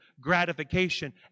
gratification